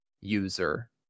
user